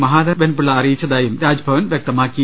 മഹാ ദേവൻ പിള്ള അറിയിച്ചതായും രാജ്ഭവൻ വ്യക്തമാക്കി